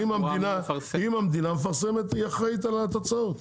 אם המדינה מפרסמת היא אחראית על התוצאות.